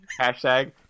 Hashtag